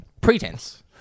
pretense